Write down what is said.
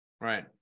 Right